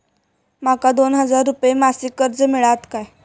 माका दोन हजार रुपये मासिक कर्ज मिळात काय?